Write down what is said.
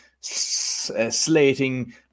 slating